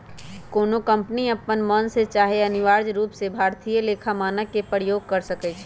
कोनो कंपनी अप्पन मन से चाहे अनिवार्य रूप से भारतीय लेखा मानक के प्रयोग कर सकइ छै